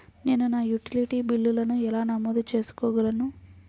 నేను నా యుటిలిటీ బిల్లులను ఎలా నమోదు చేసుకోగలను?